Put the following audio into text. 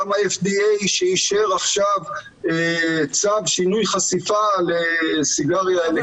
גם ה-FDA שאישר עכשיו צו שינוי חשיפה לסיגריה אלקטרונית --- אבל